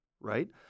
right